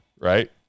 right